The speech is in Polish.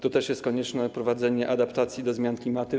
Tu też jest konieczne wprowadzenie adaptacji do zmian klimatu.